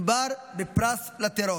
מדובר בפרס לטרור.